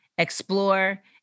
explore